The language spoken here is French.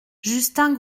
justin